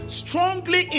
strongly